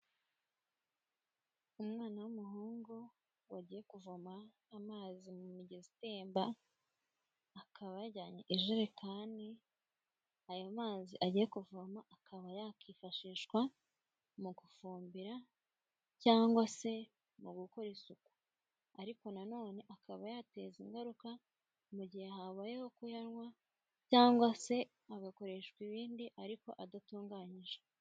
Umwana w'umuhungu wagiye kuvoma amazi mu migezi itemba, akaba yajyanye ijerekani, ayo mazi agiye kuvoma akaba yakifashishwa mu gufumbira cyangwa se mu gukora isuku, ariko na none akaba yateza ingaruka mu gihe habayeho kuyanywa cyangwa se agakoreshwa ibindi ariko adatunganyije.